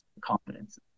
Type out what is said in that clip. confidence